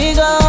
go